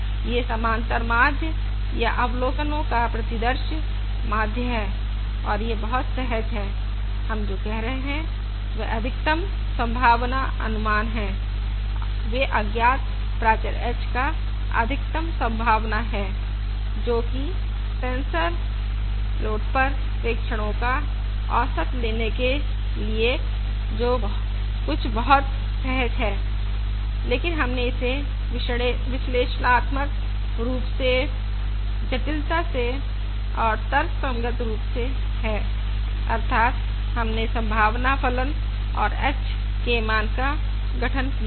यह समांतर माध्य या अवलोकनों का प्रतिदर्श माध्य है और यह बहुत सहज है हम जो कह रहे हैं वह अधिकतम संभावना अनुमान है वे अज्ञात प्राचर h का अधिकतम संभावना हैं जोकि सेंसर लोड पर प्रेक्षणो का औसत लेने के लिए जो कुछ बहुत सहज है लेकिन हमने इसे विश्लेषणात्मक रूप से जटिलता से और तर्क संगत रूप से पाया है अर्थात हमने संभावना फलन और h के मान का गठन किया है